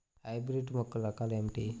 Hybrid మొక్కల రకాలు ఏమిటి?